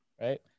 right